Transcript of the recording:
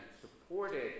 supported